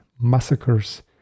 massacres